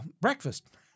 breakfast